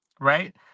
Right